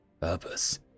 purpose